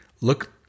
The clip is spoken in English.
look